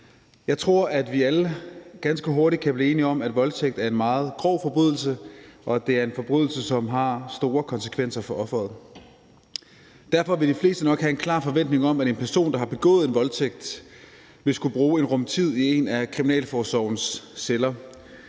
Jeg tror, at vi alle ganske hurtigt kan blive enige om, at voldtægt er en meget grov forbrydelse, og at det er en forbrydelse, som har store konsekvenser for offeret. Derfor vil de fleste nok have en klar forventning om, at en person, der har begået en voldtægt, vil skulle bruge en rum tid i en af kriminalforsorgens celler.